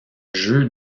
jeu